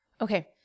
Okay